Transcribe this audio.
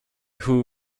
who